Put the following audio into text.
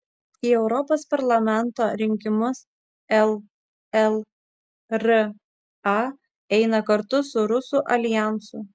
į europos parlamento rinkimus llra eina kartu su rusų aljansu